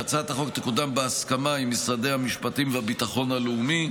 הצעת החוק תקודם בהסכמה עם משרדי המשפטים והביטחון הלאומי,